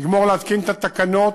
יגמור להתקין את התקנות